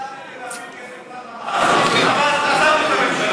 כשהחלטתם להעביר כסף לחמאס עזבנו את הממשלה.